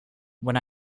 when